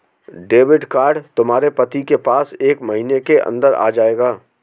debit card तुम्हारे पति के पास एक महीने के अंदर आ जाएगा